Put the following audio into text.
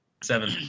Seven